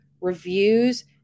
Reviews